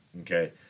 okay